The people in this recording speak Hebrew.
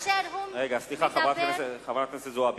סליחה, חברת הכנסת זועבי.